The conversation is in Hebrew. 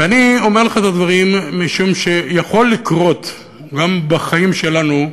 ואני אומר לך את הדברים משום שיכול לקרות גם בחיים שלנו,